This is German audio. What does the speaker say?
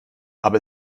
aber